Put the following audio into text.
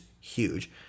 huge